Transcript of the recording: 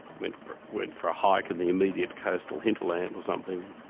went for went for a hike in the immediate coastal hinterland or something.